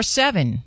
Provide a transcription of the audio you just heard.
seven